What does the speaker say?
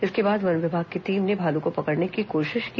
इसके बाद वन विभाग की टीम ने भालू को पकड़ने को कोशिश की